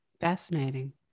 Fascinating